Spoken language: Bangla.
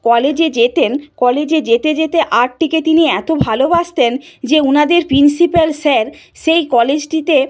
কলেজে যেতেন কলেজে যেতে যেতে আর্টটিকে তিনি এত ভালোবাসতেন যে উনাদের প্রিন্সিপ্যাল স্যার সেই কলেজটিতে